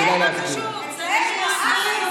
שתבקש הערה אישית.